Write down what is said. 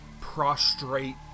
prostrate